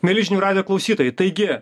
mieli žinių radijo klausytojai taigi